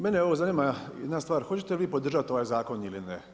Mene ovo zanima jedna stvar hoćete li vi podržati ovaj zakon ili ne?